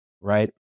right